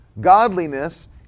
Godliness